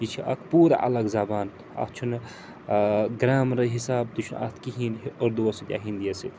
یہِ چھِ اَکھ پوٗرٕ الگ زبان اَتھ چھُنہٕ گرٛیمر حِساب تہِ چھُنہٕ اَتھ کِہیٖنۍ اردووَس سۭتۍ یا ہِنٛدی یس سۭتۍ